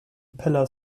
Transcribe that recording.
pillar